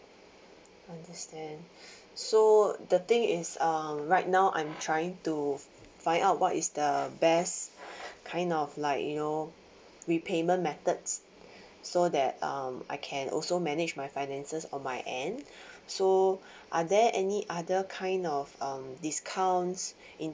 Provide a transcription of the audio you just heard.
understand so the thing is um right now I'm trying to find out what is the best kind of like you know repayment methods so that um I can also manage my finances on my end so are there any other kind of um discounts in